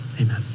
Amen